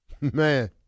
Man